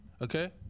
Okay